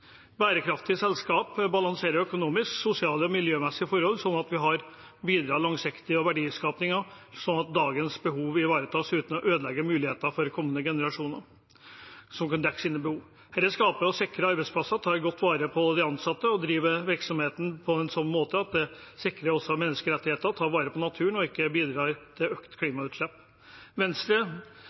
Bærekraftige selskap balanserer økonomiske, sosiale og miljømessige forhold på en slik måte at vi bidrar langsiktig til verdiskapingen, slik at dagens behov ivaretas uten å ødelegge muligheten for kommende generasjoner, som kan få dekket sine behov. Dette skaper sikre arbeidsplasser som tar godt vare på de ansatte og driver virksomheten på en slik måte at man sikrer menneskerettigheter, tar vare på naturen og ikke bidrar til økte klimautslipp. Venstre